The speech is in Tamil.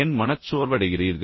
ஏன் மனச்சோர்வடைகிறீர்கள்